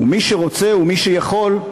ומי שרוצה ומי שיכול,